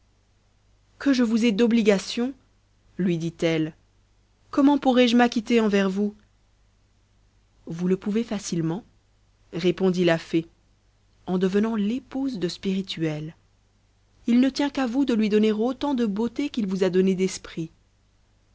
que je vous ai obligation lui dit-elle comment pourrai-je m'acquitter envers vous vous le pouvez facilement répondit la fée en devenant l'épouse de spirituel il ne tient qu'à vous de lui donner autant de beauté qu'il vous a donné d'esprit